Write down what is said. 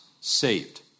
saved